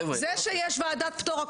שיש ועדת פטור,